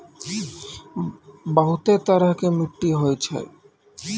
बहुतै तरह के मट्टी होय छै